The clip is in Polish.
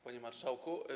Panie Marszałku!